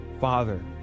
father